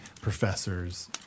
professors